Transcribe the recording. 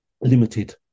limited